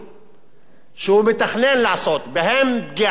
שהוא מתכנן לעשות בהם פגיעה רצינית